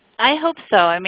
i hope so. i mean,